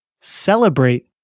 Celebrate